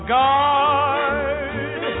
guard